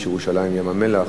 בכביש ירושלים ים-המלח,